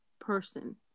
person